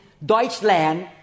Deutschland